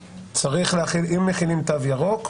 אם מחילים תו ירוק,